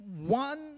one